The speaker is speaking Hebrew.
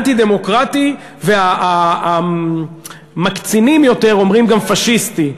אנטי-דמוקרטי, והמקצינים יותר אומרים גם: פאשיסטי.